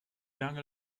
lange